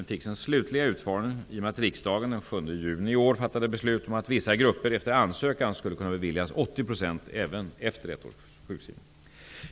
fattade beslut om att vissa grupper efter ansökan skulle kunna beviljas 80 % även efter ett års sjukskrivning.